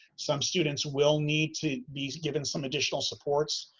some students will need to be given some additional supports.